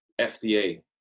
FDA